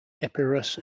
epirus